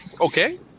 Okay